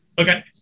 Okay